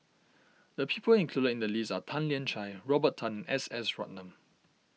the people included in the list are Tan Lian Chye Robert Tan S S Ratnam